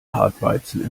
hartweizen